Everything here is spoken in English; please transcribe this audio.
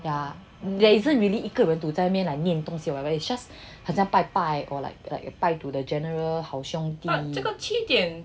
there there isn't really 一个人 to 在那边念东西 or whatever it's just 很像拜拜 or like like 拜 to the general 好兄弟